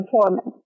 performance